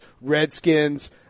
Redskins